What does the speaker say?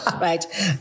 right